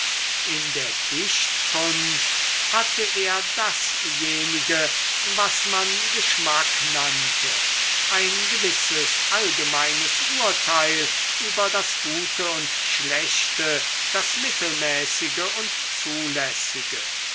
in der dichtkunst hatte er dasjenige was man geschmack nannte ein gewisses allgemeines urteil über das gute und schlechte das mittelmäßige und zulässige